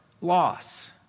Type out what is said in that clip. loss